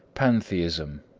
pantheism,